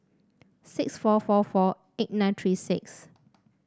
six four four four eight nine three six